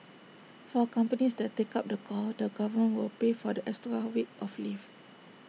for companies that take up the call the government will pay for the extra week of leave